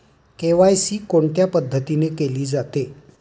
KYC कोणत्या पद्धतीने केले जाते?